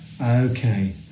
Okay